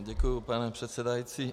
Děkuji, pane předsedající.